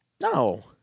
No